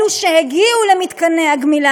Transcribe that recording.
אלו שהגיעו למתקני הגמילה,